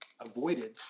avoided